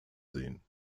sehen